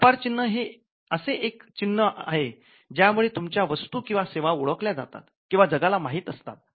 व्यापार चिन्ह असे एक चिन्ह आहे ज्या मुळे तुमच्या वस्तू किंवा सेवा ओळखल्या जातात किंवा जगाला माहित असतात